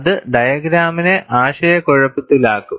അത് ഡയഗ്രാമിനെ ആശയക്കുഴപ്പത്തിലാക്കും